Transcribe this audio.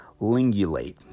lingulate